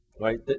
Right